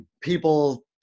people